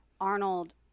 Arnold